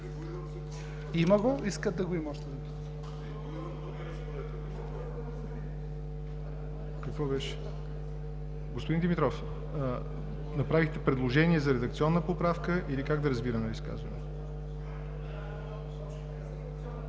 Има го. Искат да го има още един път. ПРЕДСЕДАТЕЛ ЯВОР НОТЕВ: Господин Димитров, направихте предложение за редакционна поправка или как да разбираме изказването?